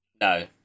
No